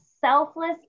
selfless